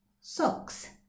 Socks